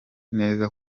neza